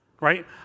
right